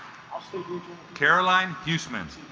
ah so caroline huesemann c